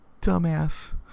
dumbass